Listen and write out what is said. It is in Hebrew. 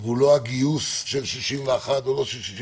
ולא הגיוס של 61 או לא 61